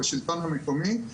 בשלטון המקומי,